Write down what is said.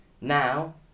Now